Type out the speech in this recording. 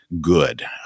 good